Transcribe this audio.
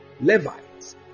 Levites